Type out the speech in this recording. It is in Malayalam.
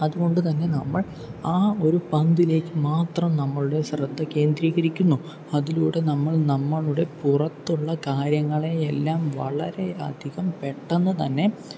അതുകൊണ്ട് തന്നെ നമ്മൾ ആ ഒരു പന്തിലേക്ക് മാത്രം നമ്മളുടെ ശ്രദ്ധ കേന്ദ്രീകരിക്കുന്നു അതിലൂടെ നമ്മൾ നമ്മളുടെ പുറത്തുള്ള കാര്യങ്ങളെ എല്ലാം വളരെ അധികം പെട്ടന്ന് തന്നെ